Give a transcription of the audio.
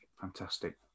Fantastic